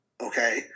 Okay